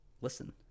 Listen